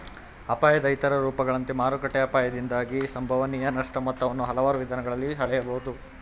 ಅಪಾಯದ ಇತರ ರೂಪಗಳಂತೆ ಮಾರುಕಟ್ಟೆ ಅಪಾಯದಿಂದಾಗಿ ಸಂಭವನೀಯ ನಷ್ಟ ಮೊತ್ತವನ್ನ ಹಲವಾರು ವಿಧಾನಗಳಲ್ಲಿ ಹಳೆಯಬಹುದು